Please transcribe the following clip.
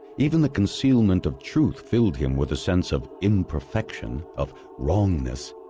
even the concealment of truth filled him with a sense of imperfection, of wrongness,